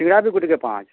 ପିଆଜି ଗୁଟେକେ ପାଞ୍ଚ୍